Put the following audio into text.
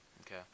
Okay